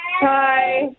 Hi